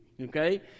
okay